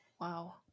Wow